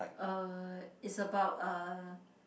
uh it's about a